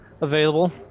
available